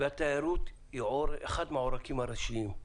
והתיירות היא אחד מהעורקים הראשיים.